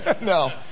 No